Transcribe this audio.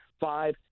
five